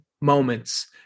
moments